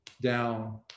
down